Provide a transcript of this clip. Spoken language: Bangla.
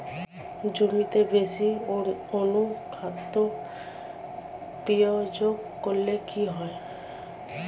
জমিতে বেশি অনুখাদ্য প্রয়োগ করলে কি হয়?